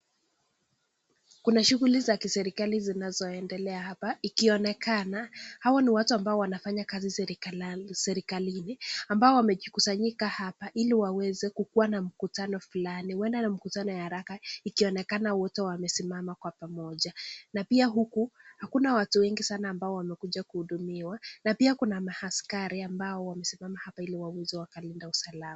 Kuna shughuli za kiserikali zinazoendelea hapa, ikionekana hawa ni watu ambao wanafanya kazi serikalini, ambao wamekusanyika hapa, ili waweze kukuwa na mkutano fulani, huenda ni mkutano wa haraka, ikionekana wote wamesimama kwa pamoja, na pia huku, hakuna watu wengi sana ambao wamekuja kuhudumiwa, na pia kuna maaskari ambao wamesimama hapa ili waweze wakalinda usalama.